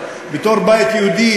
בתור הבית היהודי,